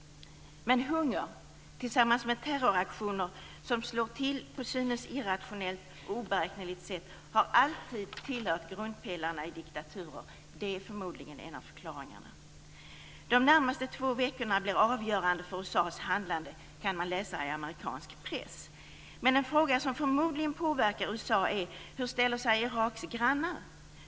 Men hunger tillsammans med terroraktioner, som slår till på ett till synes irrationellt och oberäkneligt sätt, har alltid tillhört grundpelarna i diktaturer. Det är förmodligen en av förklaringarna. De närmaste två veckorna blir avgörande för USA:s handlande, kan man läsa i amerikansk press. Men en fråga som förmodligen påverkar USA är: Hur ställer sig Iraks grannar?